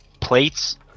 plates